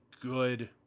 good